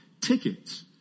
tickets